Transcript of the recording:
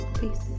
peace